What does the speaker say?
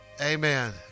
amen